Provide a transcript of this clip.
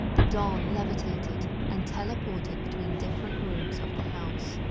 the doll levitated and teleported between different rooms of the house.